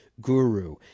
guru